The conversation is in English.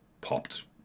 popped